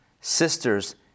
sisters